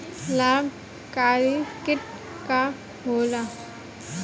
लाभकारी कीट का होला?